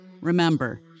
Remember